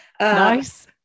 Nice